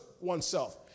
oneself